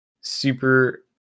super